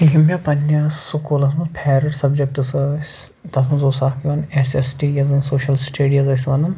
یِم مےٚ پنٕنِس سکوٗلس منٛز فیورِٹ سبجکٹٕس ٲسۍ تتھ منٛز اوس اَکھ یِوان ایس ایس ٹی یس زن سوشل سِٹیٚڈیٖز ٲسۍ ونان